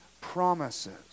promises